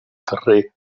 carrer